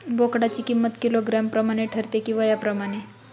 बोकडाची किंमत किलोग्रॅम प्रमाणे ठरते कि वयाप्रमाणे?